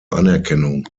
anerkennung